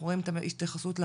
אנחנו את ההתייחסות להורים,